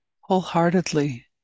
wholeheartedly